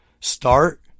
start